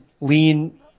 lean